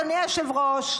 אדוני היושב-ראש,